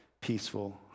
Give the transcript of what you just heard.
peaceful